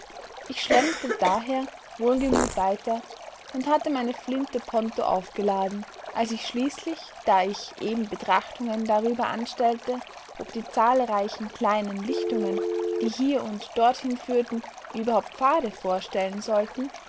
ich schlenderte daher wohlgemut weiter und hatte meine flinte ponto aufgeladen als ich schließlich da ich eben betrachtungen darüber anstellte ob die zahlreichen kleinen lichtungen die hier und dorthin führten überhaupt pfade vorstellen sollten